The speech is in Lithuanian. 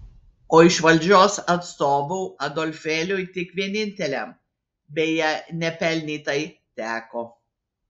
o iš valdžios atstovų adolfėliui tik vieninteliam beje nepelnytai teko